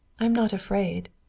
i am not afraid.